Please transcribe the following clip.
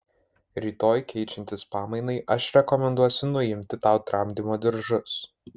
rytoj keičiantis pamainai aš rekomenduosiu nuimti tau tramdymo diržus